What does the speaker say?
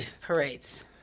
Parades